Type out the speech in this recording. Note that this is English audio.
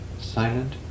silent